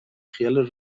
خیال